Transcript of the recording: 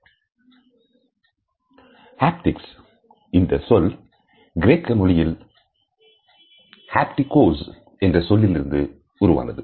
haptics இந்த சொல் கிரேக்க மொழியில் Haptikos என்று சொல்லிலிருந்து உருவானது